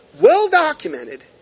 well-documented